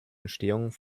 entstehung